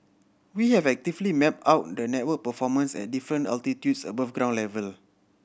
we have actively mapped out the network performance at different altitudes above ground level